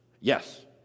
Yes